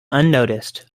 unnoticed